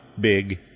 big